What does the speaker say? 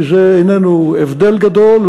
כי זה איננו הבדל גדול.